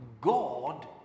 God